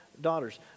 daughters